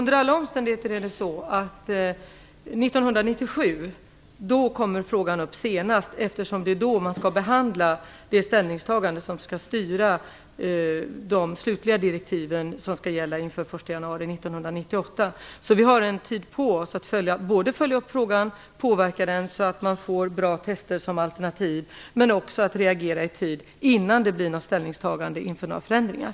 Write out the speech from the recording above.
Under alla omständigheter kommer frågan upp senast 1997 eftersom det är då man skall behandla det ställningstagande som skall styra de slutliga direktiv som skall gälla inför den 1 januari 1998. Vi har alltså tid på oss att följa upp frågan, påverka den så att man får bra test som alternativ, men också att reagera i tid innan det blir något ställningstagande inför några förändringar.